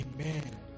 Amen